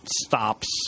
stops